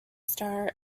star